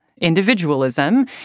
individualism